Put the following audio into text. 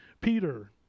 peter